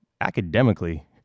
academically